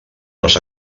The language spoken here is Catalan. les